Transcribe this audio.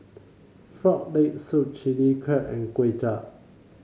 Frog Leg Soup Chilli Crab and Kway Chap